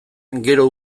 gero